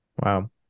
Wow